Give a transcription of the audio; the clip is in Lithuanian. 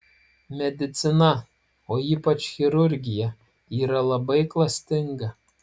medicina o ypač chirurgija yra labai klastinga